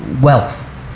wealth